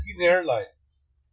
Airlines